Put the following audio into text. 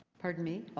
pardon me?